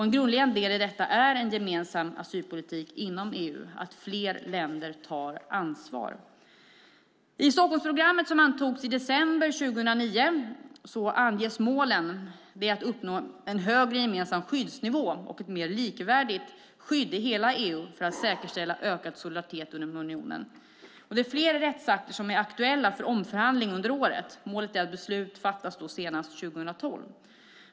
En grundläggande del i detta är en gemensam asylpolitik inom EU - att fler länder tar ansvar. I Stockholmsprogrammet som antogs i december 2009 anges att målen är att uppnå en högre gemensam skyddsnivå och ett mer likvärdigt skydd i hela EU för att säkerställa ökad solidaritet inom unionen. Flera rättsakter är aktuella för omförhandling under året. Målet är att beslut fattas senast 2012.